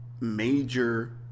major